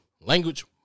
language